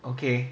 okay